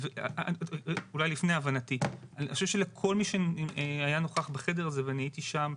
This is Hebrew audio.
אני חושב שלכל מי שהיה נוכח בחדר הזה ואני הייתי שם,